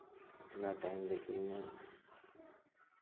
ᱚᱱᱟ ᱴᱟᱭᱤᱢ ᱨᱮᱜᱮ ᱤᱧᱟᱹᱜ